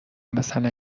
مثلا